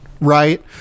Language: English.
right